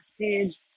page